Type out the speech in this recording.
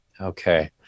Okay